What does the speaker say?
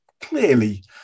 clearly